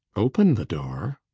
open the door?